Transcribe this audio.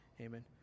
Amen